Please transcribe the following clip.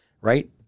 right